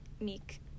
Meek